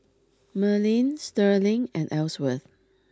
Merlin Sterling and Elsworth